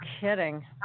kidding